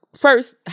first